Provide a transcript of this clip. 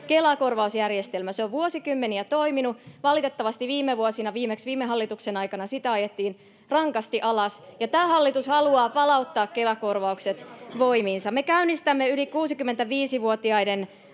Kela-korvausjärjestelmä. Se on vuosikymmeniä toiminut. Valitettavasti viime vuosina, viimeksi viime hallituksen aikana, sitä on ajettu rankasti alas, ja tämä hallitus haluaa palauttaa Kela-korvaukset voimiinsa. Me käynnistämme yli 65-vuotiaiden